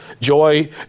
Joy